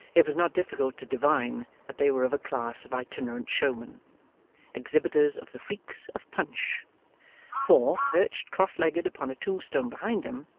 it was not difficult to divine that they were of a class of itinerant showmen exhibitors of the freaks of punch for, perched cross-legged upon a tombstone behind them,